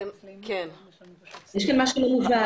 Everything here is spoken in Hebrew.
כאן משהו לא מובן.